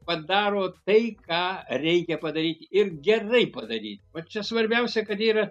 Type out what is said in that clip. padaro tai ką reikia padaryti ir gerai padaryt vat čia svarbiausia kad yra